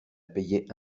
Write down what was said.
payait